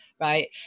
right